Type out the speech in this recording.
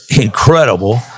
incredible